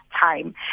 time